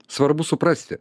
svarbu suprasti